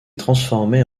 transformé